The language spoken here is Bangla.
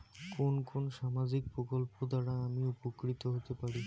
কোন কোন সামাজিক প্রকল্প দ্বারা আমি উপকৃত হতে পারি?